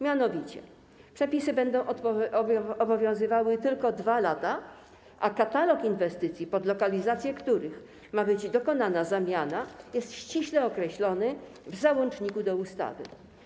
Mianowicie, przepisy będą obowiązywały tylko 2 lata, a katalog inwestycji, pod lokalizację których ma być dokonana zamiana, jest ściśle określony w załączniku do ustawy.